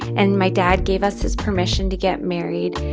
and my dad gave us his permission to get married.